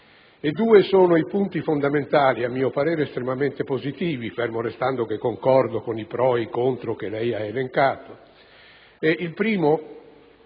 Due sono i punti fondamentali, a mio parere estremamente positivi, fermo restando che concordo con i pro e i contro da lei elencati.